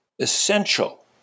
essential